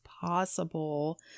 possible